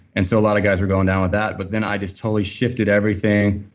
and so, a lot of guys were going down with that, but then i just totally shifted everything,